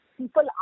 People